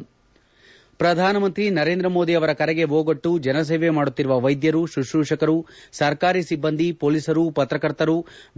ಪರೀಶ್ ಶ್ರಧಾನ ಮಂತ್ರಿ ನರೇಂದ್ರ ಮೋದಿ ಅವರ ಕರೆಗೆ ಓಗೊಟ್ಟು ಜನಸೇವೆ ಮಾಡುತ್ತಿರುವ ವೈದ್ಯರು ಶುಶ್ರೂಷಕರು ಸರ್ಕಾರಿ ಸಿಬ್ಬಂದಿ ಪೊಲೀಸರು ಪತ್ರಕರ್ತರು